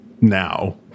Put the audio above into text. Now